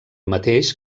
mateix